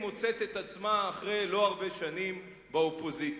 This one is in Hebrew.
היא מוצאת את עצמה אחרי לא הרבה שנים באופוזיציה.